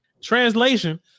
translation